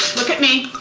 look at me.